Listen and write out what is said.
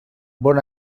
bon